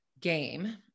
game